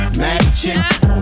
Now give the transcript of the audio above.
magic